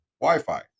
wi-fi